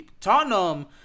Tottenham